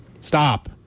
Stop